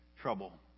trouble